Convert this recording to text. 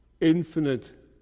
infinite